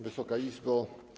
Wysoka Izbo!